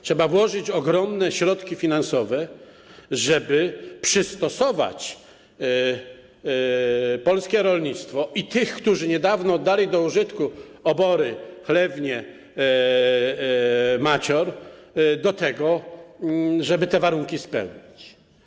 Trzeba włożyć ogromne środki finansowe, żeby przystosować polskie rolnictwo i tych, którzy niedawno oddali do użytku obory, chlewnie z maciorami, do tego, żeby byli w stanie te warunki spełnić.